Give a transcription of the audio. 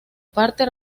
parte